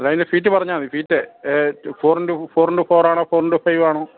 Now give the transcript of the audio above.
അത് അതിന്റെ ഫീറ്റ് പറഞ്ഞാൽ മതി feet a four into four into four ആണോ ഫോർ ഇൻടു ഫൈവ് ആണോ